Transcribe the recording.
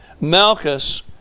Malchus